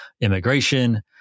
immigration